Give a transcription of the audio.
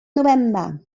november